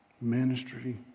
ministry